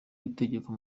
itegeko